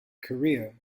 career